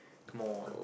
more